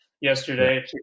yesterday